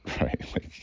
Right